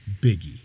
Biggie